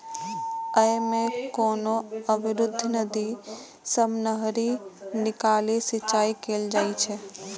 अय मे कोनो अवरुद्ध नदी सं नहरि निकालि सिंचाइ कैल जाइ छै